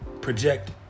project